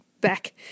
back